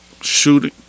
shooting